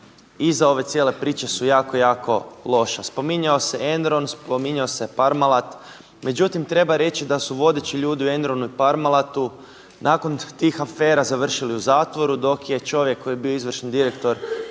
iza ove cijele priče su jako, jako loša. Spominjao se Enron, spominjao se Parmalat, međutim treba reći da su vodeći ljudi u Enronu i Parmalatu nakon tih afera završili u zatvoru, dok je čovjek koji je bio izvršni direktor